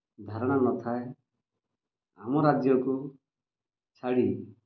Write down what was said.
ଧାରଣା ନଥାଏ ଆମ ରାଜ୍ୟକୁ ଛାଡ଼ି